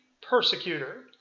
persecutor